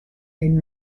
den